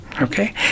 okay